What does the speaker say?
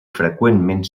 freqüentment